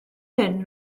hyn